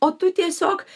o tu tiesiog